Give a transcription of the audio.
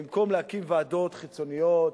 במקום להקים ועדות חיצוניות,